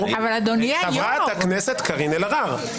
--- אבל אדוני היושב-ראש --- חברת הכנסת קארין אלהרר,